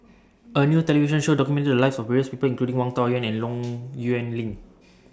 A New television Show documented The Lives of various People including Wang Dayuan and Low Yuan Ling